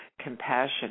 compassion